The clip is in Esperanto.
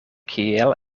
kiel